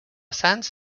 sants